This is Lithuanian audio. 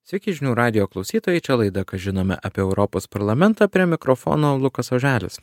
sveiki žinių radijo klausytojai čia laida ką žinome apie europos parlamentą prie mikrofono lukas oželis